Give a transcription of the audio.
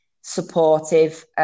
supportive